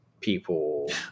People